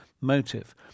motive